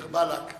דיר באלכ.